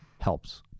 helps